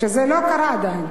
לא קרה עדיין.